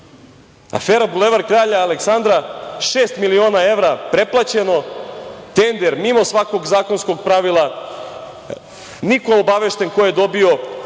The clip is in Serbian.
pare? Afera Bulevar kralja Aleksandra – šest miliona evra preplaćeno. Tender mimo svakog zakonskog pravila, niko obavešten ko je dobio.